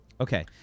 Okay